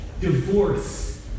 divorce